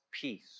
peace